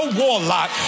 warlock